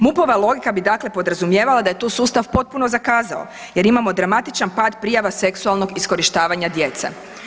MUP-ova logika bi, dakle podrazumijevala da je tu sustav potpuno zakazao, jer imamo dramatičan pad prijava seksualnog iskorištavanja djece.